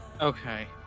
Okay